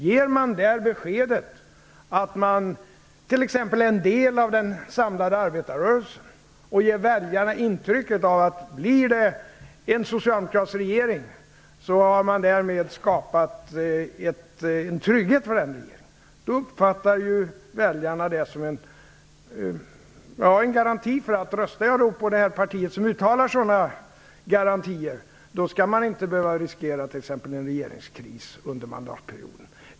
Ger man där beskedet att man t.ex. är en del av den samlade arbetarrörelsen, och ger väljarna intrycket av att om det blir en socialdemokratisk regering har man därmed skapat en trygghet för den regeringen, uppfattar väljarna det som en garanti. Röstar man på det parti som uttalar sådana garantier skall man t.ex. inte behöva riskera en regeringskris under mandatperioden.